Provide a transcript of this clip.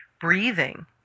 breathing